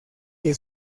que